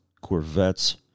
Corvettes